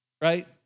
Right